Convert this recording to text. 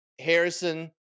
Harrison